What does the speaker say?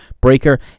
Breaker